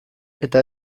eta